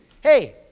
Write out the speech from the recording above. Hey